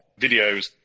videos